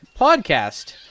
podcast